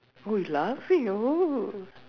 who is laughing ah !woo!